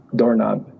doorknob